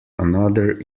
another